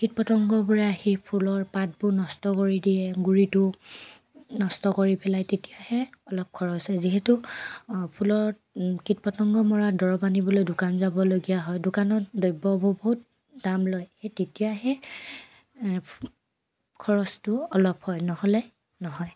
কীট পতংগবোৰে আহি ফুলৰ পাত নষ্ট কৰি দিয়ে গুৰিটো নষ্ট কৰি পেলাই তেতিয়াহে অলপ খৰচ হয় যিহেতু ফুলত কীট পতংগ মৰা দৰৱ আনিবলৈ দোকান যাবলগীয়া হয় দোকানত দ্ৰব্যবোৰ বহুত দাম লয় সেই তেতিয়াহে ফু খৰচটো অলপ হয় নহ'লে নহয়